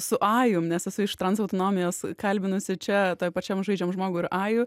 su ajum nes esu iš rans autonomijos kalbinusi čia toj pačiam žaidžiam žmogų ir ajų